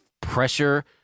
pressure